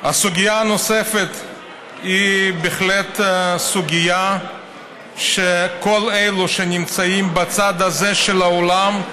הסוגיה הנוספת היא בהחלט סוגיה שכל אלה שנמצאים בצד הזה של האולם,